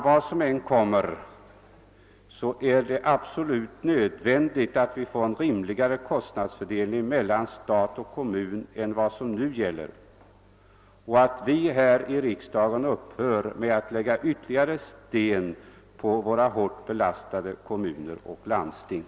Vad som än kommer är det absolut nödvändigt att vi får en rimligare kostnadsfördelning mellan stat och kommun än den som nu gäller. Vi här i riksdagen måste upphöra med att lägga ytterligare bördor på våra hårt belastade kommuner och landsting.